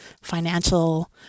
financial